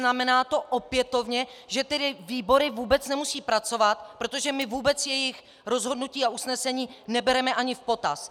Znamená to opětovně, že výbory vůbec nemusí pracovat, protože my vůbec jejich rozhodnutí a usnesení nebereme ani v potaz.